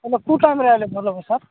ହେଲେ କୋଉ ଟାଇମ୍ରେ ଆସିଲେ ଭଲ ହେବ ସାର୍